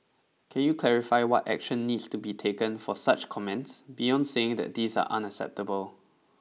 can you clarify what action needs to be taken for such comments beyond saying that these are unacceptable